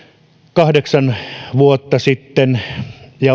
kahdeksan vuotta sitten